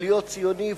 ללהיות ציוני,